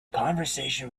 conversation